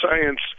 science